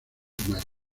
mayas